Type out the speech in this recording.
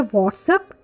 WhatsApp